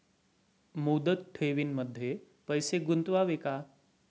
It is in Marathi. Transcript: मुदत ठेवींमध्ये पैसे गुंतवावे का?